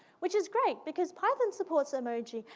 which is great, because python supports emoji,